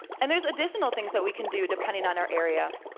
and there's additional things that we can do depending on our area.